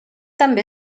també